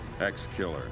ex-killer